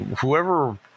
whoever